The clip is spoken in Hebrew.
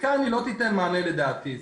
כאן היא לא תיתן מענה לדעתי.